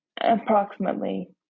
approximately